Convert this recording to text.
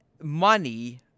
money